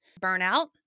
burnout